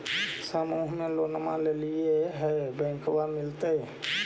समुह मे लोनवा लेलिऐ है बैंकवा मिलतै?